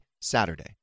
Saturday